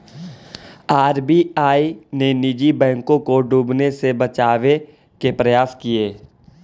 RBI ने निजी बैंकों को डूबने से बचावे के प्रयास किए